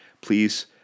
please